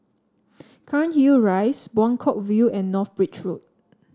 Cairnhill Rise Buangkok View and North Bridge Road